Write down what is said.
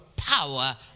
power